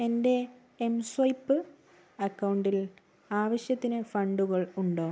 എൻ്റെ M swipe അക്കൗണ്ടിൽ ആവശ്യത്തിന് ഫണ്ടുകൾ ഉണ്ടോ